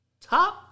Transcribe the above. top